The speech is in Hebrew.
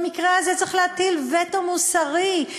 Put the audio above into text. במקרה הזה צריך להטיל וטו מוסרי,